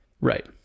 Right